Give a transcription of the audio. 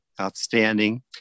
outstanding